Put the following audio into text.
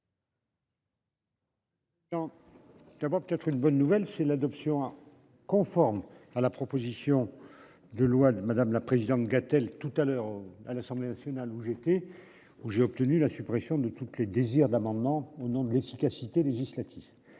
D'abord peut-être une bonne nouvelle, c'est l'adoption. Conforme à la proposition de loi, madame la présidente Gatel tout à l'heure à l'Assemblée nationale où j'étais où j'ai obtenu la suppression de tout. Le désir d'amendements au nom de l'efficacité législative.